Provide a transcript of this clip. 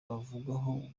bavugwaho